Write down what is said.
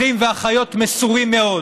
אחים ואחיות מסורים מאוד.